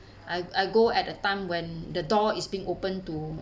I I go at a time when the door is being open to